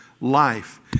life